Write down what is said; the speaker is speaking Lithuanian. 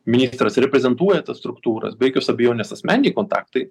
ministras reprezentuoja tas struktūras be jokios abejonės asmeniniai kontaktai